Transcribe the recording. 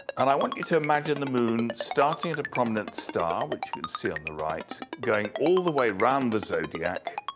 and i want you to image the moon starting the prominent star, which you can see on the right, going all the way round the zodiac,